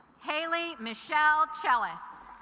hayley michelle jealous